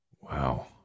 Wow